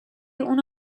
اونو